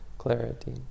clarity